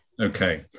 okay